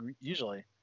usually